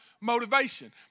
motivation